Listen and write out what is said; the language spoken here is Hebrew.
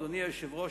אדוני היושב-ראש,